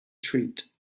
treat